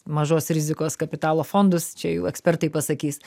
mažos rizikos kapitalo fondus čia jau ekspertai pasakys